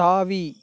தாவி